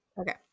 Okay